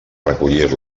recollir